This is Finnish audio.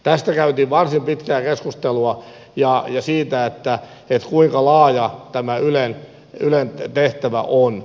tästä käytiin varsin pitkää keskustelua ja siitä kuinka laaja tämä ylen tehtävä on